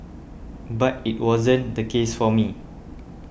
but it wasn't the case for me